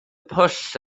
pwll